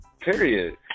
Period